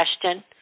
question